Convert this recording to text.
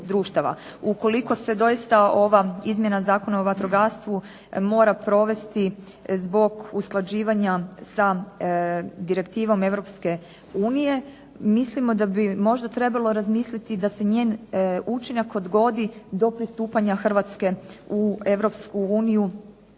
Ukoliko se doista ova izmjena Zakona o vatrogastvu mora provesti zbog usklađivanja sa direktivom Europske unije mislimo da bi možda trebalo razmisliti da se njen učinak odgodi do pristupanja Hrvatske u